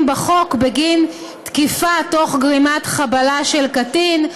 בחוק בגין תקיפה תוך גרימת חבלה של קטין,